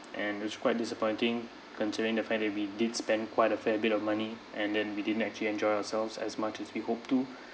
and it's quite disappointing considering the fact that we did spend quite a fair bit of money and then we didn't actually enjoy ourselves as much as we hoped to